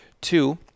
Two